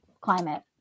climate